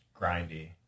grindy